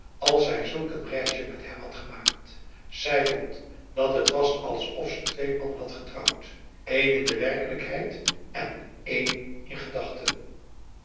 als zij zulk een reisje met hem had gemaakt zij vond dat het was alsof ze twee mannen had getrouwd één in de werkelijkheid en één in gedachten